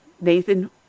Nathan